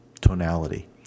tonality